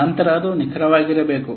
ನಂತರ ಅದು ನಿಖರವಾಗಿರಬೇಕು